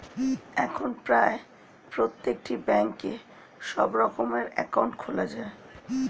এখন প্রায় প্রত্যেকটি ব্যাঙ্কে সব রকমের অ্যাকাউন্ট খোলা যায়